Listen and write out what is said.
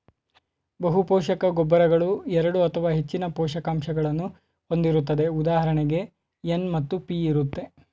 ಬಹುಪೋಷಕ ಗೊಬ್ಬರಗಳು ಎರಡು ಅಥವಾ ಹೆಚ್ಚಿನ ಪೋಷಕಾಂಶಗಳನ್ನು ಹೊಂದಿರುತ್ತದೆ ಉದಾಹರಣೆಗೆ ಎನ್ ಮತ್ತು ಪಿ ಇರುತ್ತೆ